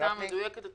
שנעשתה מדויקת.